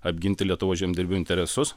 apginti lietuvos žemdirbių interesus